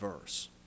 verse